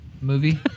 movie